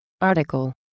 Article